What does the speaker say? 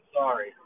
sorry